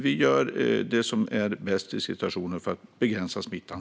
Vi gör det som är bäst för att begränsa smittan.